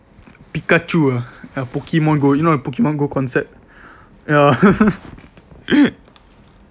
Pikachu ah Pokemon Go you know or not Pokemon Go concept ya